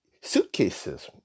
suitcases